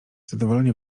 zadowolenie